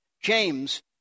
James